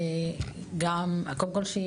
שקודם כל,